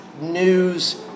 news